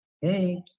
hey